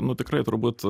nu tikrai turbūt